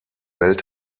welt